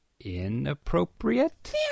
inappropriate